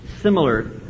similar